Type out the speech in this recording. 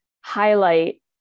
highlight